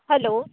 hello